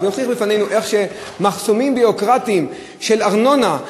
והוכיח בפנינו איך מחסומים ביורוקרטיים של ארנונה,